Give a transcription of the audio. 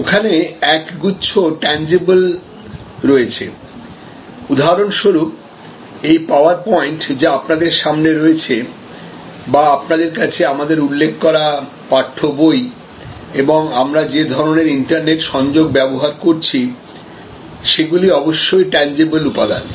ওখানে একগুচ্ছ ট্যানজিবল রয়েছে উদাহরণস্বরূপ এই পাওয়ারপয়েন্ট যা আপনাদের সামনে রয়েছে বা আপনাদের কাছে আমাদের উল্লেখ করা পাঠ্য বই এবং আমরা যে ধরণের ইন্টারনেট সংযোগ ব্যবহার করছি সেগুলি অবশ্যই ট্যানজিবল উপাদান